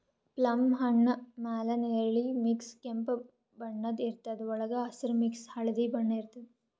plum ಹಣ್ಣ್ ಮ್ಯಾಲ್ ನೆರಳಿ ಮಿಕ್ಸ್ ಕೆಂಪ್ ಬಣ್ಣದ್ ಇರ್ತದ್ ವಳ್ಗ್ ಹಸ್ರ್ ಮಿಕ್ಸ್ ಹಳ್ದಿ ಬಣ್ಣ ಇರ್ತದ್